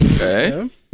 Okay